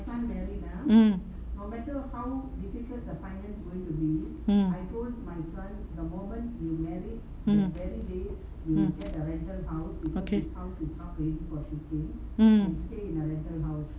mm mm mm mm okay mm